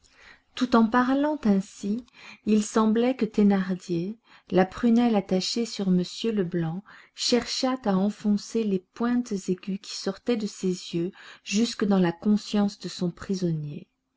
tout en parlant ainsi il semblait que thénardier la prunelle attachée sur m leblanc cherchât à enfoncer les pointes aiguës qui sortaient de ses yeux jusque dans la conscience de son prisonnier